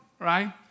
right